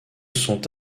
sont